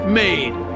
made